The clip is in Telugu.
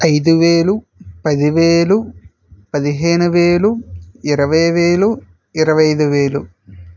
ఐదు వేలు పది వేలు పదిహేను వేలు ఇరవై వేలు ఇరవై ఐదు వేలు